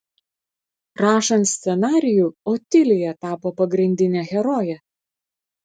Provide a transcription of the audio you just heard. rašant scenarijų otilija tapo pagrindine heroje